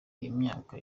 imyaka